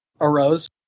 arose